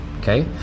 okay